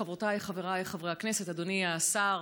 חברותיי, חבריי חברי הכנסת, אדוני השר,